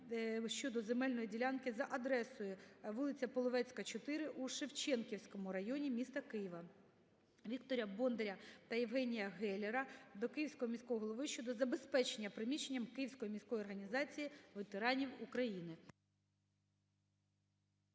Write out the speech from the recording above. щодо земельної ділянки за адресою: вулиця Половецька, 4 у Шевченківському районі міста Києва. Віктора Бондаря та ЄвгеніяГєллєра до київського міського голови щодо забезпечення приміщенням Київської міської організації ветеранів України.